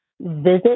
visit